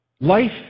Life